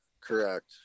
correct